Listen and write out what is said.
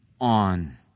on